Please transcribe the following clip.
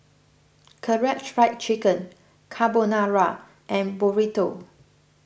Karaage Fried Chicken Carbonara and Burrito